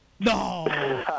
No